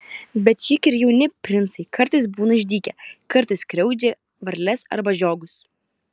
bet juk ir jauni princai kartais būna išdykę kartais skriaudžia varles arba žiogus